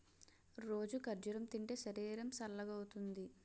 రోజూ ఖర్జూరం తింటే శరీరం సల్గవుతుంది